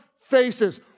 faces